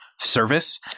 service